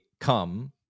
come